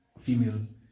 females